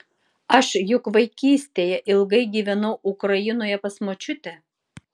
aš juk vaikystėje ilgai gyvenau ukrainoje pas močiutę